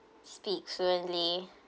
speak fluently